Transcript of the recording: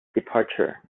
departure